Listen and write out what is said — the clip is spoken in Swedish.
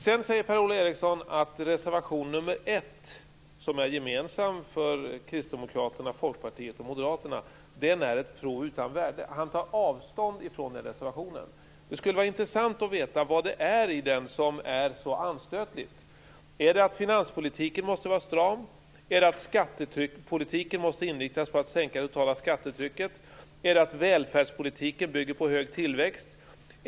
Per-Ola Eriksson säger att reservation 1, som är gemensam för Kristdemokraterna, Folkpartiet och Moderaterna, är ett prov utan värde. Han tar avstånd från reservationen. Vad är det i den reservationen som är så anstötligt? Är det att finanspolitiken måste vara stram? Är det att skattepolitiken måste inriktas på att sänka det totala skattetrycket? Är det att välfärdspolitiken bygger på hög tillväxt?